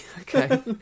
okay